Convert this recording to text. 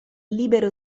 libero